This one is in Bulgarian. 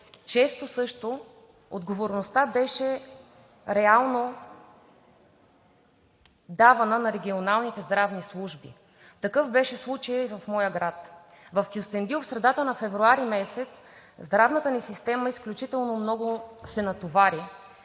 често отговорността също беше реално давана на регионалните здравни служби, и такъв беше случаят в моя град. В Кюстендил в средата на месец февруари здравната ни система изключително много се натовари,